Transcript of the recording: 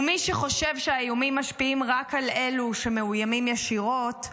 ומי שחושב שהאיומים משפיעים רק על אלה שמאוימים ישירות,